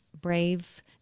brave